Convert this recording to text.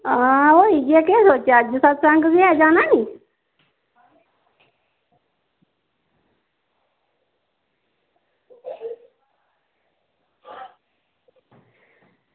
आं केह् करचै अज्ज सत्संग बी ऐ नी जाना नी